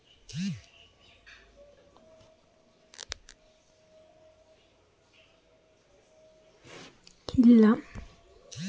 bank ಗಳು certified cheque ಗಳಿಗೆ ಮಾತ್ರ ಹಣ ನೀಡುತ್ತಾರೆ